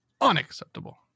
unacceptable